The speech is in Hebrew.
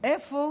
איפה